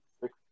six